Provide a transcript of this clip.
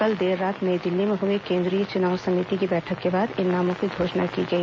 कल देर रात नई दिल्ली में हुई केन्द्रीय चुनाव समिति की बैठक के बाद इन नामों की घोषणा की गई